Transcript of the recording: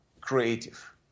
creative